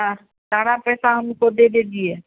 हाँ सारा पैसा हमको दे दीजिए